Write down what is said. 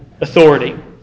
authority